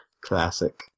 classic